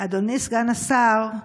אדוני סגן השר,